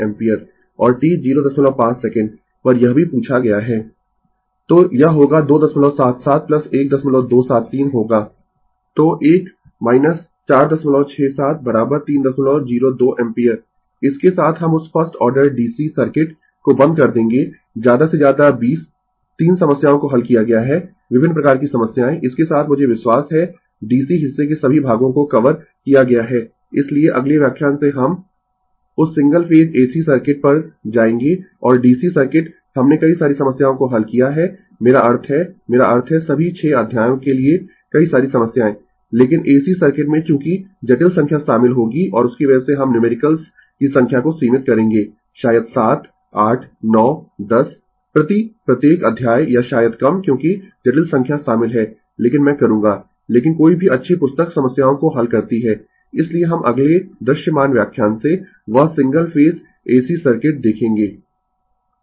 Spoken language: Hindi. • Glossary English Word Hindi Word Meaning across across आर पार ampere ampere ampere apply apply लागू करना circuited सर्किटेड परिपथ वाला condition कंडीशन शर्त cover कवर सम्मिलित करना current करंट धारा exercise एक्सरसाइज अभ्यास expression एक्सप्रेशन अभिव्यक्ति final condition फाइनल कंडीशन अंतिम शर्त first order फर्स्ट ऑर्डर प्रथम क्रम First order circuits first order circuits प्रथम क्रम परिपथ Henry Henry Henry inductor inductor प्रेरित्र initial condition इनीशियल कंडीशन आरंभिक शर्त initial value इनीशियल वैल्यू आरंभिक मूल्य into इनटू में loop लूप कुंडलीनुमा आकृति nodal nodal nodal node node node note note लिख देना notebook नोटबुक स्मरण पुस्तक numericals न्यूमेरिकल्स संख्यात्मक open ओपन खुला हुआ position पोजीशन स्थिति power पॉवर शक्ति second second second short short बंद single phase AC circuit single phase AC circuit एकल चरण AC परिपथ steady state स्टीडी स्टेट स्थिर अवस्था step input step input step निविष्ट switch switch switch switching switching स्विचन terminal terminal terminal Thevenin Thevenin Thevenin transient transient समय अनुरूपी video lecture वीडियो लेक्चर चलचित्र व्याख्यान volt volt volt voltage voltage voltage